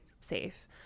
safe